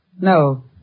No